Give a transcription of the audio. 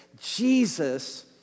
Jesus